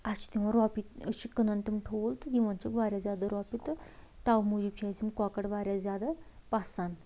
اسہِ چھِ تمن رۄپیہِ أسۍ چھِ کٕنَان تِم ٹھوٗل یوان چھِ واریاہ زیادٕ رۄپیہِ تہٕ تَمہِ موُجوٗب چھِ أسۍ یِم کۄکر واریاہ زیادٕ پسند